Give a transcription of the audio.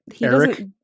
Eric